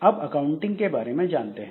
अब अकाउंटिंग के बारे में जानते हैं